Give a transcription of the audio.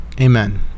Amen